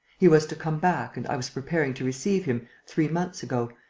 he was to come back and i was preparing to receive him, three months ago,